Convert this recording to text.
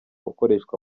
ukoreshwa